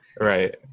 right